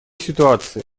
ситуации